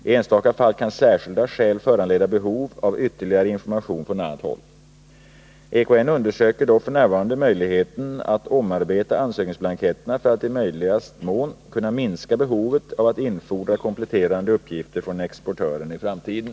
I enstaka fall kan särskilda skäl föranleda behov av ytterligare information från annat håll. EKN undersöker dock f.n. möjligheten att minska behovet av att i framtiden infordra kompletterande uppgifter från exportören.